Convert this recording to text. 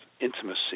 intimacy